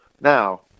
now